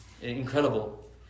incredible